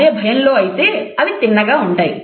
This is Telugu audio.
అదే భయంలో అయితే అవి తిన్నగా ఉంటాయి